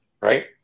right